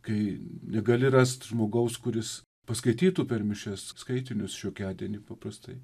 kai negali rast žmogaus kuris paskaitytų per mišias skaitinius šiokiadienį paprastai